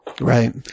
Right